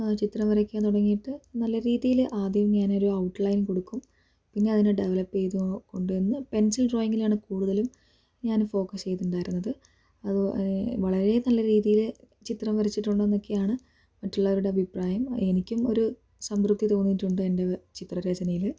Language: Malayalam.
ചിത്രം വരയ്ക്കാൻ തുടങ്ങിയിട്ട് നല്ല രീതിയിൽ ആദ്യം ഞാൻ ഒരു ഔട്ട് ലൈൻ കൊടുക്കും പിന്നെ അതിനെ ഡെവലപ്പ് ചെയ്ത് കൊണ്ടുവന്ന് പെൻസിൽ ഡ്രോയിങ്ങിനാണ് കൂടുതലും ഞാൻ ഫോക്കസ് ചെയ്തിട്ടുണ്ടായിരുന്നത് വളരെ നല്ല രീതിയിൽ ചിത്രം വരച്ചിട്ടുണ്ട് എന്നൊക്കെയാണ് മറ്റുള്ളവരുടെ അഭിപ്രായം എനിക്കും ഒരു സംതൃപ്തി തോന്നിയിട്ടുണ്ട് എൻ്റെ ചിത്രരചനയിൽ